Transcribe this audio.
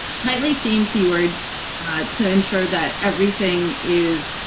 tightly theme keywords to ensure that everything is